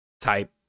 type